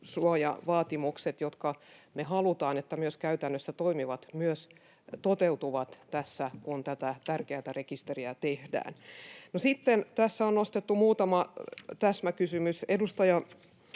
tietosuojavaatimukset, joiden halutaan myös käytännössä toimivan, myös toteutuvat tässä, kun tätä tärkeätä rekisteriä tehdään. Sitten tässä on nostettu muutama täsmäkysymys: